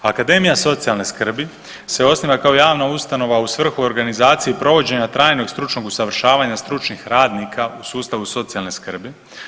Akademija socijalne skrbi se osniva kao javna ustanova u svrhu organizacije i provođenja trajnog stručnog usavršavanja stručnih radnika u sustavu socijalne skrbi.